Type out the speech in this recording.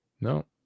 No